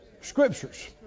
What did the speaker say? Scriptures